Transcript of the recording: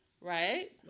Right